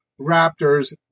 Raptors